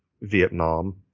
Vietnam